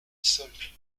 soldes